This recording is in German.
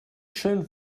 schön